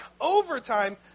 overtime